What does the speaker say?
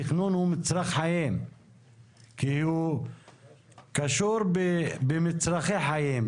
התכנון הוא מצרך חיים כי הוא קשור במצרכי חיים,